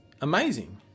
amazing